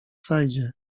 saidzie